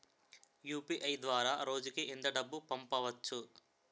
UPI ద్వారా రోజుకి ఎంత డబ్బు పంపవచ్చు?